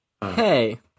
hey